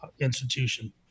institution